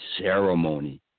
ceremony